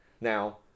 Now